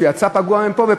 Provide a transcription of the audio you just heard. כשהוא יצא מפה פגוע,